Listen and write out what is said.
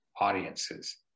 audiences